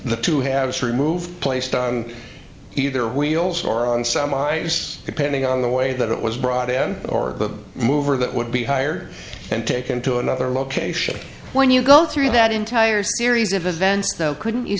the two halves removed placed on either wheels or on some lives depending on the way that it was brought in or the mover that would be hired and taken to another location when you go through that entire series of events though couldn't you